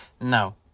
No